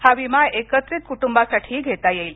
हा विमा एकत्रित कुटुंबासाठीही घेता येईल